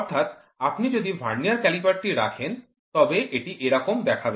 অর্থাৎ আপনি যদি ভার্নিয়ার ক্যালিপার টি রাখেন তবে এটি এরকম দেখাবে